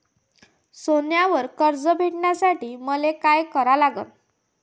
सोन्यावर कर्ज भेटासाठी मले का करा लागन?